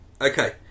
Okay